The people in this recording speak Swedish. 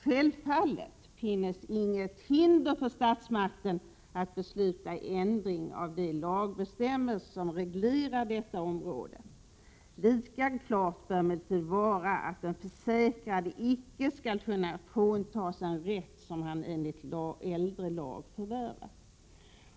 Självfallet finnes intet hinder för statsmakterna att besluta ändring av de lagbestämmelser som reglerar detta område. Lika klart bör emellertid vara, att den försäkrade icke skall kunna fråntagas en rätt som han enligt äldre lag förvärvat.